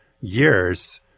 years